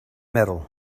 metal